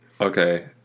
okay